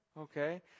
okay